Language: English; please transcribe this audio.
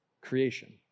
Creation